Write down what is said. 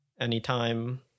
Anytime